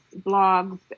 blogs